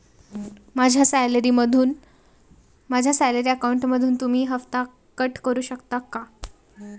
माझ्या सॅलरी अकाउंटमधून तुम्ही हफ्ता कट करू शकता का?